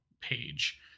page